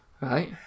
Right